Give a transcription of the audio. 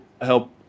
help